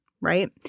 right